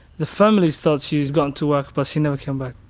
the family thought she had gone to work, but she never came back.